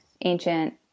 ancient